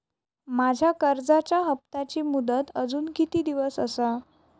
माझ्या कर्जाचा हप्ताची मुदत अजून किती दिवस असा?